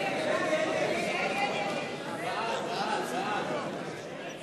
ההסתייגות של חברי הכנסת אופיר